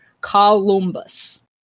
Columbus